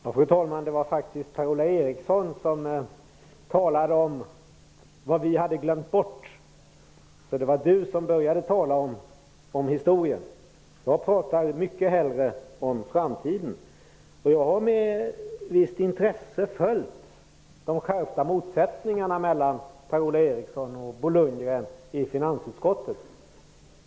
Fru talman! Det var faktiskt Per-Ola Eriksson som talade om vad vi hade glömt bort. Det var han som började tala om historien. Jag pratar mycket hellre om framtiden. Jag har med visst intresse följt de skärpta motsättningarna mellan Per-Ola Eriksson och Bo Lundgren i finansutskottet.